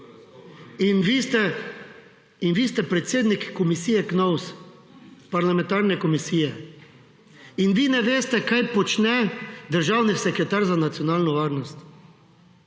in vi ste predsednik komisije KNOVS, parlamentarne komisije in vi ne veste, kaj počne državni sekretar za nacionalno varnost,